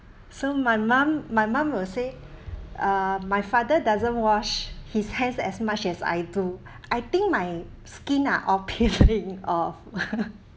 so my mum my mum will say uh my father doesn't wash his hands as much as I do I think my skin are all peeling off